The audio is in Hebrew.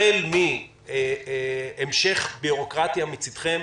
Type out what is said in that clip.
החל מהמשך הביורוקרטיה מצידכם,